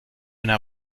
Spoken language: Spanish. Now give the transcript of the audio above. una